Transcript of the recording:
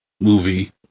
movie